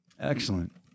Excellent